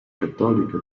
cattoliche